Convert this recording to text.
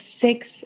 six